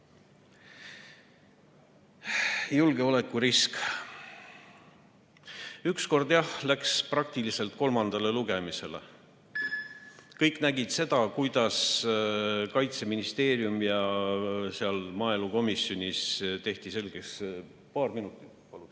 Julgeolekurisk. Ükskord, jah, läks praktiliselt kolmandale lugemisele. Kõik nägid seda, kuidas Kaitseministeeriumis ja maaelukomisjonis tehti selgeks ... Paluks